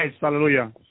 Hallelujah